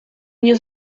nie